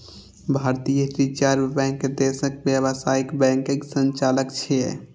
भारतीय reserve bank देशक व्यावसायिक बैंकक संचालक छियै